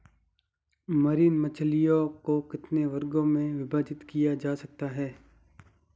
Marine मछलियों को कितने वर्गों में विभाजित किया जा सकता है?